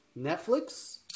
Netflix